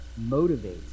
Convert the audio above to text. motivates